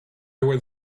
went